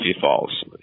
falls